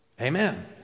amen